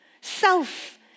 self